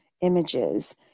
images